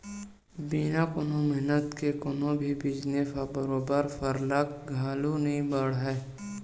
बिना कोनो मेहनत करे कोनो भी बिजनेस ह बरोबर सरलग आघु नइ बड़हय